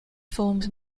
formed